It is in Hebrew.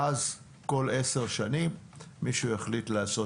ואז כל עשר שנים מישהו יחליט לעשות